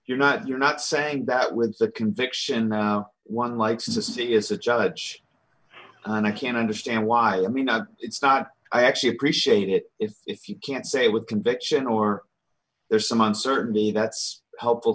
you're not you're not saying that with the conviction one likes to see it's a judge and i can understand why i mean not it's not i actually appreciate it if you can't say with conviction or there's some uncertainty that's helpful